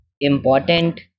important